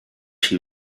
she